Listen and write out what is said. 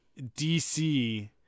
dc